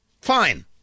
Fine